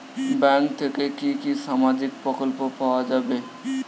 Bank থেকে কি কি সামাজিক প্রকল্প পাওয়া যাবে?